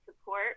support